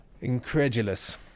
incredulous